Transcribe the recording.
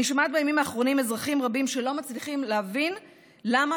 בימים האחרונים אני שומעת אזרחים רבים שלא מצליחים להבין למה